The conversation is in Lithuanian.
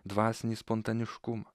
dvasinį spontaniškumą